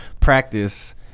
practice